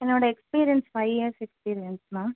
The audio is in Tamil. என்னோடய experience five years experience ma'am